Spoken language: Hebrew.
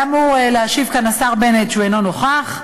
היה אמור להשיב כאן השר בנט, שאינו נוכח.